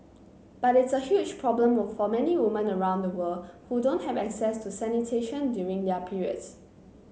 but it's a huge problem for many women around the world who don't have access to sanitation during their periods